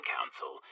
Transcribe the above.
Council